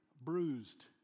bruised